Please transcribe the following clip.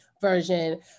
version